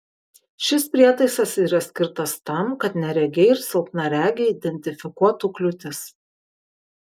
šis prietaisas yra skirtas tam kad neregiai ir silpnaregiai identifikuotų kliūtis